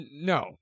no